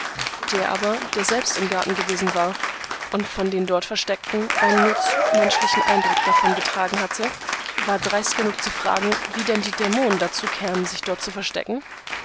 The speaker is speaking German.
der aber der selbst im garten gewesen war und von den dort versteckten einen nur zu menschlichen eindruck davongetragen hatte war dreist genug zu fragen wie denn die dämonen dazu kämen sich dort zu verstecken